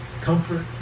comfort